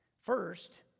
First